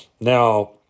now